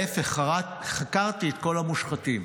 להפך, רק חקרתי את כל המושחתים.